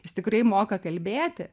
jis tikrai moka kalbėti